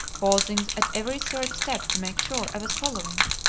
pausing at every third step to make sure i was following,